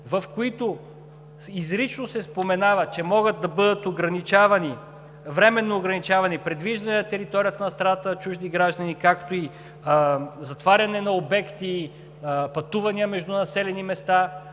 в които изрично се споменава, че могат да бъдат ограничавани, временно ограничавани придвижванията на територията на страната чужди граждани, както и затваряне на обекти, пътувания между населени места,